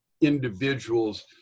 individuals